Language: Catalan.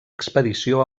expedició